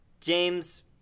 James